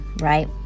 right